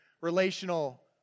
relational